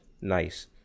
nice